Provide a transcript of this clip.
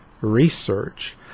research